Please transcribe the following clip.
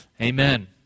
Amen